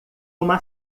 uma